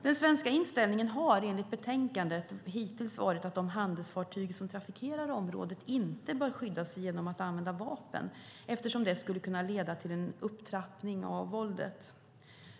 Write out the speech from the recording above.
Den svenska inställningen har enligt betänkandet hittills varit att de handelsfartyg som trafikerar området inte bör skyddas genom användning av vapen, eftersom det skulle kunna leda till en upptrappning av våldet.